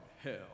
hell